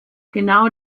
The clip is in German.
genau